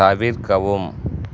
தவிர்க்கவும்